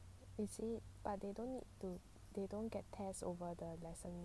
is it but they don't need to they don't get test over the lesson